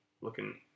looking